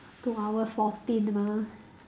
two hour fourteen mah